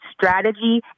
strategy